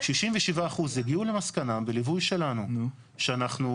67% הגיעו למסקנה בליווי שלנו שאנחנו,